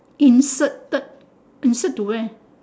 inserted insert to where